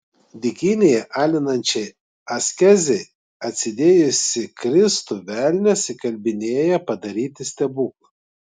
dykynėje alinančiai askezei atsidėjusį kristų velnias įkalbinėja padaryti stebuklą